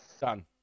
Done